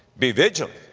be vigilant,